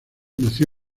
nació